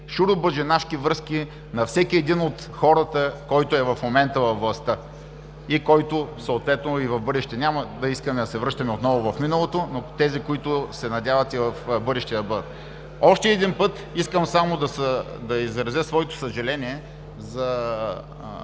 шуробаджанашки връзки на всеки един от хората, който в момента е във властта и който съответно в бъдеще – няма да искаме да се връщаме отново в миналото, но тези, които се надяват и в бъдеще, да бъдат. Още един път искам само да изразя своето съжаление за